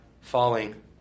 falling